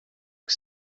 que